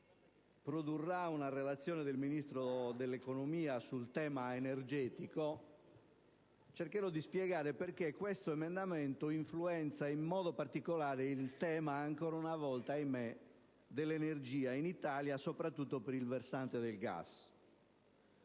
ci sarà una relazione del Ministro dell'economia sul tema energetico, cercherò di spiegare perché l'emendamento in questione influenzi in modo particolare il tema, ancora una volta, ahimè, dell'energia in Italia, soprattutto per il versante del gas.